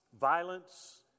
Violence